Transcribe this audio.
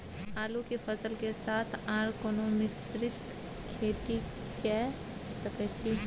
आलू के फसल के साथ आर कोनो मिश्रित खेती के सकैछि?